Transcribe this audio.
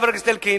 חבר הכנסת אלקין,